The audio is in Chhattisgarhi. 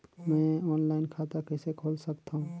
मैं ऑनलाइन खाता कइसे खोल सकथव?